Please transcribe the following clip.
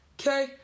Okay